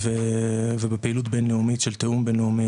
ובפעילות בינלאומית של תיאום בינלאומי